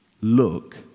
look